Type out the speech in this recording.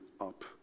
up